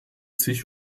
sich